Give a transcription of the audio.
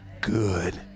good